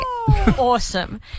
Awesome